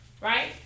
right